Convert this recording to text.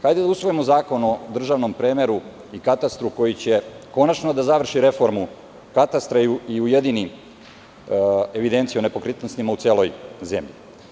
Hajde da usvojimo zakon o državnom premeru i katastru, koji će konačno da završi reformu katastra i ujedini evidenciju o nepokretnostima u celoj zemlji.